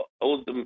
old